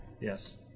Yes